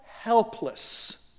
Helpless